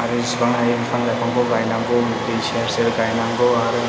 आरो जेसेबां हायो बिफां लाइफांफोर गायनांगौ दै सेर सेर गायनांगौ आरो